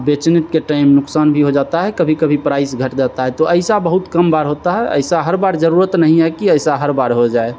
बेचने के टाइम नुकसान भी हो जाता है कभी कभी प्राइज़ घट जाता है तो ऐसा बहुत कम बार होता है ऐसा हर बार जरूरत नहीं है कि ऐसा हर बार हो जाए